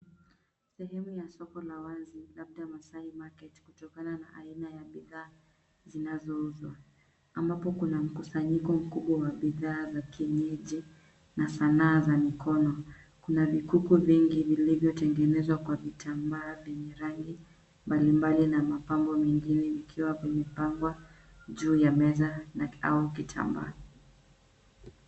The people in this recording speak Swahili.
Sehemu ya soko la wazi, labda Maasai Market kutokana na aina ya bidhaa zinazouzwa, ambapo kuna mkusanyiko wa bidhaa za kienyeji na sanaa za mikono. Kuna vikuku vingi vilivyotengenezwa kwa vitambaa venye rangi mbali mbali na mapambo mengine vikiwa vimepangwa juu ya meza au kitambaa.